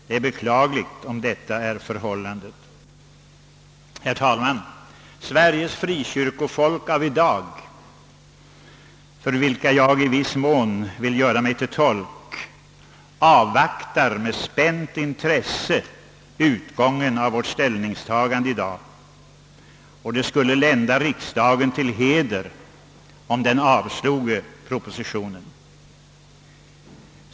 Det är beklagligt om så skulle vara förhållandet. Herr talman! Sveriges frikyrkofolk av i dag, som jag i viss mån vill göra mig till tolk för, avvaktar med spänt intresse utgången av riksdagens ställningstagande i denna fråga. Det skulle lända riksdagen till heder om den avsloge propositionen.